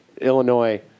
Illinois